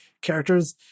characters